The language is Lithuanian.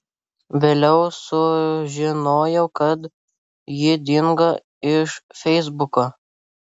vėliau sužinojau kad ji dingo iš feisbuko